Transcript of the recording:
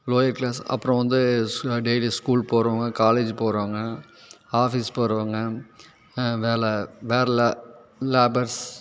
lower class அப்புறம் வந்து daily school போகிறவங்க காலேஜ் போகிறவங்க ஆஃபீஸ் போகிறவங்க வேலை வேறே லே லேபர்ஸ்